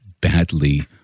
badly